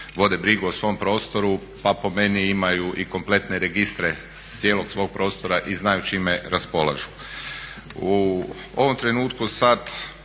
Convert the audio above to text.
vode brigu o svom prostoru pa po meni imaju i kompletne registre cijelog svog prostora i znaju čime raspolažu.